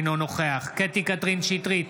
אינו נוכח קטי קטרין שטרית,